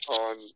on